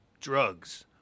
drugs